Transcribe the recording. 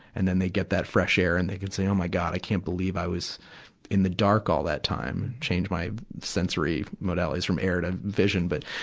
and then they get that fresh air and they can say, oh my god, i can't believe i was in the dark all that time. change my sensory modalities from air to vision. but,